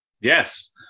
Yes